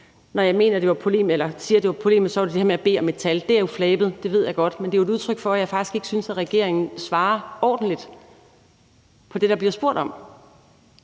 Når jeg siger, det var polemisk, så var det det her med at bede om et tal. Det er jo flabet, det ved jeg godt, men det er et udtryk for, at jeg faktisk ikke synes, regeringen svarer ordentligt på det, der bliver spurgt om,